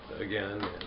again